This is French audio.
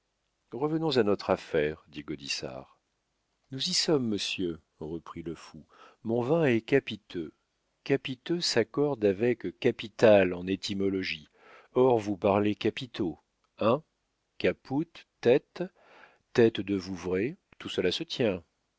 revenons à notre affaire dit gaudissart nous y sommes monsieur reprit le fou mon vin est capiteux capiteux s'accorde avec capital en étymologie or vous parlez capitaux hein caput tête tête de vouvray tout cela se tient